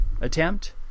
attempt